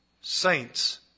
saints